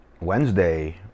Wednesday